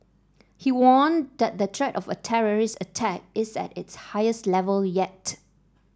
he warned that the threat of a terrorist attack is at its highest level yet